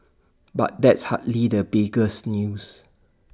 but that's hardly the biggest news